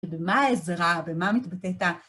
במה העזרה, במה מתבטאת ה...